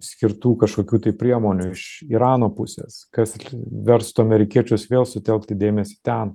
skirtų kažkokių tai priemonių iš irano pusės kas verstų amerikiečius vėl sutelkti dėmesį ten